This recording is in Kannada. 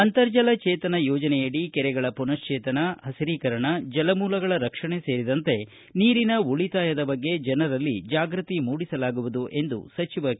ಅಂತರ್ಜಲ ಚೇತನ ಯೋಜನೆಯಡಿ ಕೆರೆಗಳ ಪುನಶ್ಚೇತನ ಪಸಿರೀಕರಣ ಜಲಮೂಲಗಳ ರಕ್ಷಣೆ ಸೇರಿದಂತೆ ನೀರಿನ ಉಳಿತಾಯದ ಬಗ್ಗೆ ಜನರಲ್ಲಿ ಜಾಗೃತಿ ಮೂಡಿಸಲಾಗುವುದು ಎಂದು ಕೆ